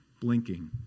Blinking